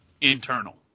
internal